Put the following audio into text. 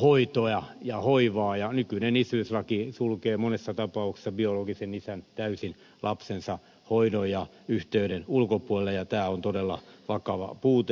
hoitoa ja hoivaa ja nykyinen isyyslaki sulkee monessa tapauksessa biologisen isän täysin lapsensa hoidon ja yhteyden ulkopuolelle ja tämä on todella vakava puute